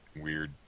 weird